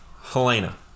Helena